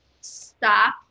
stop